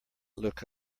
look